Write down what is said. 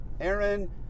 Aaron